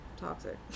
Toxic